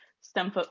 STEM